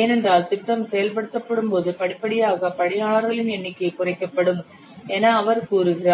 ஏனென்றால் சிஸ்டம் செயல்படுத்தப்படும் போது படிப்படியாக பணியாளர்களின் எண்ணிக்கை குறைக்கப்படும் என அவர் கூறுகிறார்